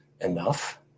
enough